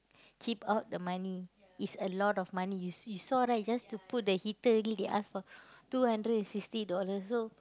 keep all the money it's a lot of money you s~ you saw right just to put the heater only they ask for two hundred and sixty dollars so